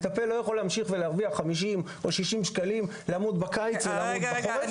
מטפל לא יכול להמשיך להרוויח 50-60 שקלים בקיץ ובחורף אני